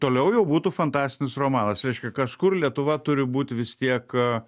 toliau jau būtų fantastinis romanas reiškia kažkur lietuva turi būti vis tiek